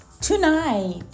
Tonight